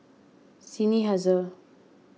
Seinheiser